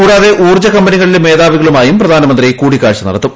കൂടാതെ ഊർജ കമ്പനികളിലെ മേധാവികളുമായും പ്രധാനമന്ത്രി കൂടിക്കാഴ്ച നടത്തും